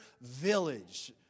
village